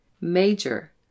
Major